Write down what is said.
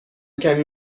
کمی